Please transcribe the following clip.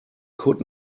could